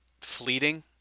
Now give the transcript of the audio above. fleeting